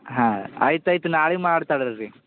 ಹಾಂ ಆಯ್ತು ಆಯ್ತು ನಾಳಿಗ ಮಾಡ್ತಳಲ್ರಿ